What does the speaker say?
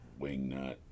Wingnut